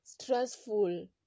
stressful